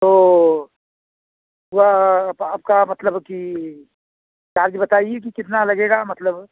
तो वा आपका मतलब कि चार्ज बताइए कि कितना लगेगा मतलब